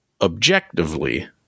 objectively